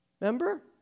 Remember